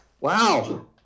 Wow